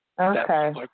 okay